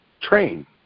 train